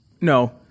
No